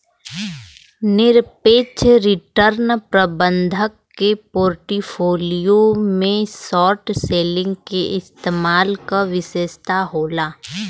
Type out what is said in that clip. निरपेक्ष रिटर्न प्रबंधक के पोर्टफोलियो में शॉर्ट सेलिंग के इस्तेमाल क विशेषता होला